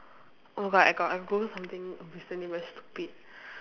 oh but I got I Googled something recently very stupid